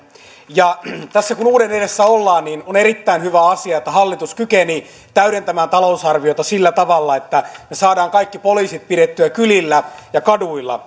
tässä kun uuden edessä ollaan on erittäin hyvä asia että hallitus kykeni täydentämään talousarviota sillä tavalla että saadaan kaikki poliisit pidettyä kylillä ja kaduilla